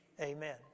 Amen